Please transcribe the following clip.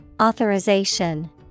Authorization